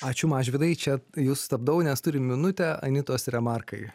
ačiū mažvydai čia jus stabdau nes turim minutę anitos remarkai